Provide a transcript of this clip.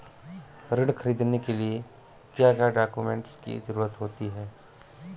ऋण ख़रीदने के लिए क्या क्या डॉक्यूमेंट की ज़रुरत होती है?